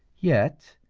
yet,